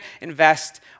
invest